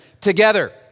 together